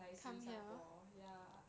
like 新加坡 ya